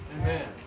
Amen